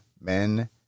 men